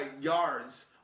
yards